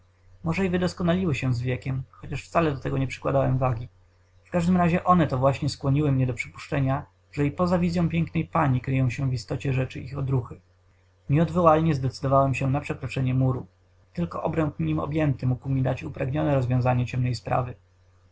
może i wydoskonaliły się z wiekiem chociaż wcale do tego nie przykładałem wagi w każdym razie one to właśnie skłoniły mnie do przypuszczenia że i poza wizyą pięknej pani kryją się w istocie rzeczy ich odruchy nieodwołalnie zdecydowałem się na przekroczenie muru tylko obręb nim objęty mógł mi dać upragnione rozwiązanie ciemnej sprawy